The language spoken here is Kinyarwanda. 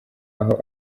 aho